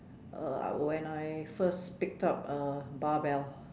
uh when I first picked up a bar bell